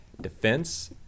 defense